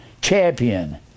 champion